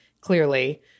clearly